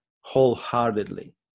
wholeheartedly